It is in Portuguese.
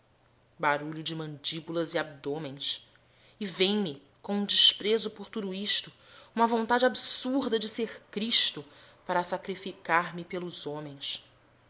barulho de mandíbulas e abdômens e vem-me com um desprezao por tudo isto uma vontade absurda de ser cristo para sacrificar me pelos homens